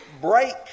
break